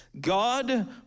God